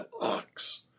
ox